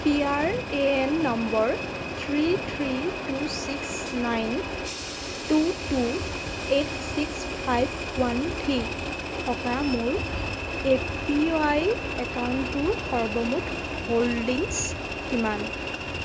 P R A N number three three two six nine two two eight six five one three থকা মোৰ APY একাউণ্টটোৰ সৰ্বমুঠ holdings কিমান